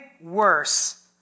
worse